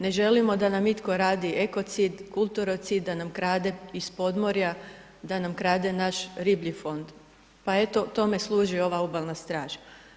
Ne želimo da nam itko radi ekocid, kulturocid, da nam krade iz podmorja, da nam krade naš riblji fond pa eto tome služi ova Obalna straža.